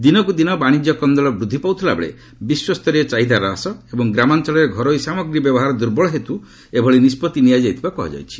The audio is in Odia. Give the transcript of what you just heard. ଦିନକୁ ଦିନ ବାଣିଜ୍ୟ କନ୍ଦଳ ବୃଦ୍ଧି ପାଉଥିଲାବେଳେ ବିଶ୍ୱସ୍ତରୀୟ ଚାହିଦା ହ୍ରାସ ଏବଂ ଗ୍ରାମାଞ୍ଚଳରେ ଘରୋଇ ସାମଗ୍ରୀ ବ୍ୟବହାର ଦୁର୍ବଳ ହେତୁ ଏଭଳି ନିଷ୍କଭି ନିଆଯାଇଥିବା କୁହାଯାଇଛି